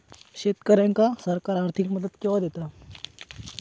शेतकऱ्यांका सरकार आर्थिक मदत केवा दिता?